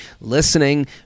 listening